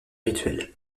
rituels